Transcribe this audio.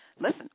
Listen